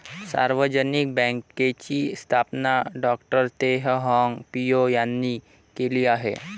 सार्वजनिक बँकेची स्थापना डॉ तेह हाँग पिओ यांनी केली आहे